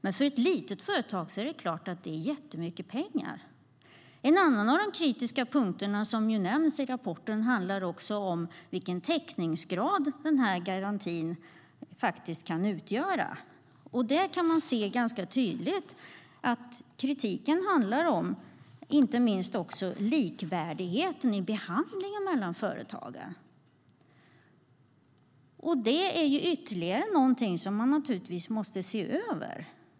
Men för ett litet företag är det såklart jättemycket pengar. En annan av de punkter som nämns i rapporten och som Riksrevisionen är kritisk till handlar om vilken täckningsgrad garantin kan utgöra. Där kan man ganska tydligt se att kritiken inte minst handlar om likvärdigheten i behandlingen av företagen. Det är ytterligare någonting som man måste se över.